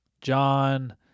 John